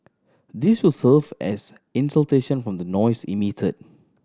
this will serve as from the noise emit